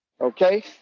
okay